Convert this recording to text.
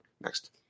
Next